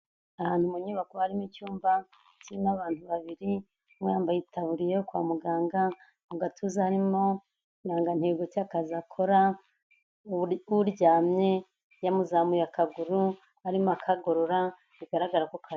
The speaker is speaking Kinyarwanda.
Ahantu mu nyubako harimo icyumba kirimo abantu babiri umwe yambaye itaburiya yo kwa muganga mu gatuza harimo ikirangantego cy'akazi akora uryamye yamuzamuye akaguru arimo akagorora bigaragara ko.